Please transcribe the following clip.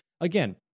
again